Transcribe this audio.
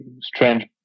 strange